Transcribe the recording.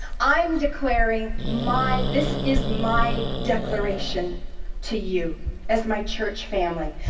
i'm declaring my, this is my declaration to you as my church family,